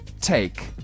take